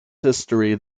history